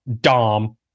Dom